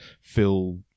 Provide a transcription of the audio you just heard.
feel